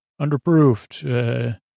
underproofed